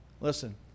Listen